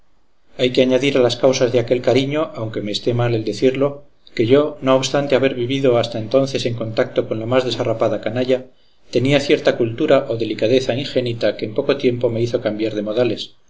hay que añadir a las causas de aquel cariño aunque me esté mal el decirlo que yo no obstante haber vivido hasta entonces en contacto con la más desarrapada canalla tenía cierta cultura o delicadeza ingénita que en poco tiempo me hizo cambiar de modales